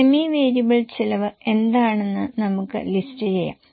semi variable ചെലവ് എന്താണെന്ന് നമുക്ക് ലിസ്റ്റ് ചെയ്യാം